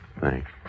Thanks